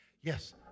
Yes